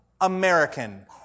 American